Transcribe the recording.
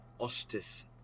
ostis